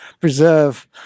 preserve